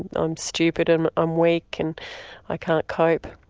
i'm stupid and i'm weak and i can't cope.